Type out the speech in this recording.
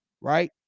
right